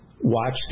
watch